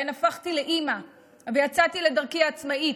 שבהן הפכתי לאימא ויצאתי לדרכי העצמאית: